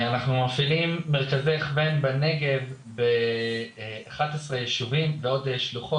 אנחנו מפעילים מרכזי הכוון בנגב ב-11 יישובים ובעוד שלוחות,